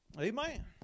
Amen